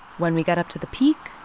when we get up to the peak,